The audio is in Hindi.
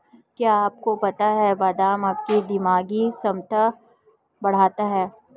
क्या आपको पता है बादाम आपकी दिमागी क्षमता बढ़ाता है?